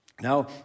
Now